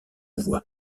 voit